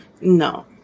no